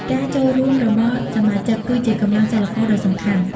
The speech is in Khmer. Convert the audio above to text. ការចូលរួមរបស់សមាជិកគឺជាកម្លាំងចលករដ៏សំខាន់។